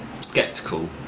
Skeptical